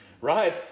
Right